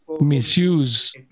Misuse